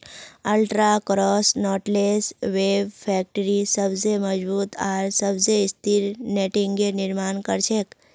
ultra cross knotless web factory सबस मजबूत आर सबस स्थिर नेटिंगेर निर्माण कर छेक